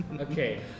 okay